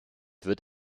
wird